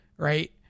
Right